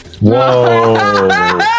Whoa